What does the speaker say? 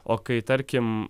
o kai tarkim